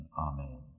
amen